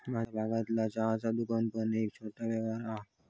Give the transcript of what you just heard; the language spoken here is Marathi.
माझ्या भागतला चहाचा दुकान पण एक छोटो व्यापार हा